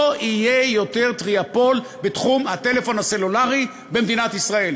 לא יהיה יותר טריאופול בתחום הטלפון הסלולרי במדינת ישראל.